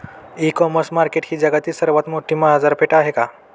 E commerce market ही जगातील सर्वात मोठी बाजारपेठ आहे का?